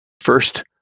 first